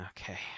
okay